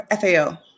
FAO